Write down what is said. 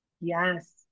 Yes